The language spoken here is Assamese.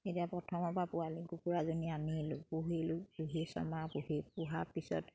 এতিয়া প্ৰথমৰ পৰা পোৱালি কুকুৰাজনী আনিলোঁ পুহিলোঁ পুহি ছমাহ পুহি পোহাৰ পিছত